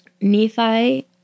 Nephi